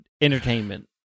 entertainment